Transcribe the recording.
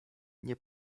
nie